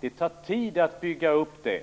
Det tar tid att bygga upp det.